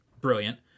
brilliant